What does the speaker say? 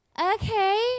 okay